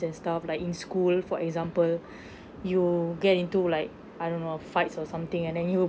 and stuff like in school for example you get into like I don't know a fights or something and then you